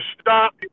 stop